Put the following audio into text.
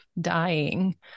dying